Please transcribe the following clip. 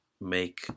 make